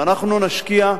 ואנחנו נשקיע,